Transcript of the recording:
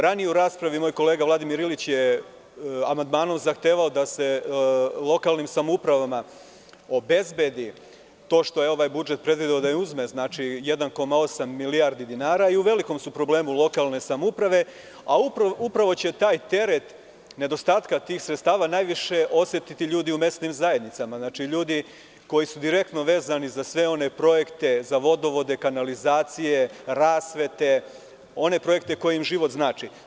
Ranije u raspravi moj kolega Vladimir Ilić je amandmanom zahtevao da se lokalnim samoupravama obezbedi to što je ovaj budžet predvideo, uzme 1,8 milijardi dinara i u velikom su problemu lokalne samouprave, a upravo će taj teret nedostatka tih sredstava najviše osetiti ljudi u mesnim zajednicama, ljudi koji su direktno vezani za sve one projekte, za vodovode, kanalizacije, rasvete, one projekte koje im život znači.